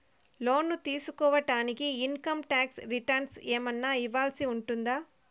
లోను తీసుకోడానికి income tax returns ఏమన్నా ఇవ్వాల్సి ఉంటుందా